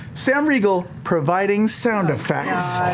sam riegel, providing sound effects.